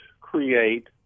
create